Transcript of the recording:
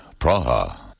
Praha